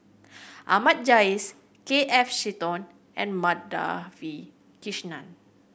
Ahmad Jais K F Seetoh and Madhavi Krishnan